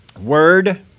word